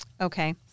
Okay